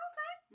Okay